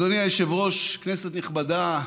אדוני היושב-ראש, כנסת נכבדה,